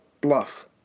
bluff